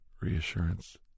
reassurance